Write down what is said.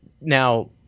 Now